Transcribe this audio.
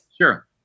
Sure